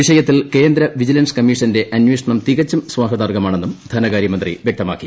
വിഷയത്തിൽ കേന്ദ്ര വിജിലൻസ് കമ്മീഷ്ക്കന്റെ അന്വേഷണം തികച്ചും സ്വാഗതാർഹമാണെന്നും ധന്നക്ക്റ്റർ ്മന്ത്രി വ്യക്തമാക്കി